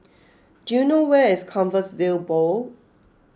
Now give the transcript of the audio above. do you know where is Compassvale Bow